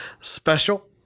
special